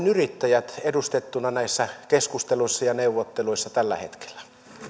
yrittäjät edustettuna näissä keskusteluissa ja neuvotteluissa tällä hetkellä